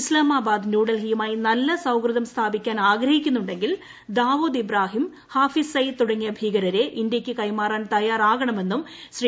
ഇസ്താമാബാദ് ന്യൂഡൽഹിയുമായി നല്ല സൌഹൃദം സ്ഥാപിക്കുവാൻ ആഗ്രഹിക്കുന്നുണ്ടെങ്കിൽ ദാവൂദ് ഇബ്രാഹിം ഹാഫിസ് സെയ്ദ് തുടങ്ങിയ ഭീകരരെ ഇന്തൃക്ക് കൈമാറാൻ തയ്യാറാകണമെന്നും ശ്രീ